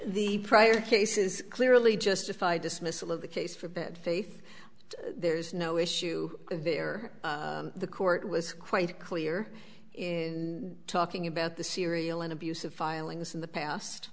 the prior case is clearly justified dismissal of the case for bad faith there's no issue there the court was quite clear in talking about the serial and abusive filings in the past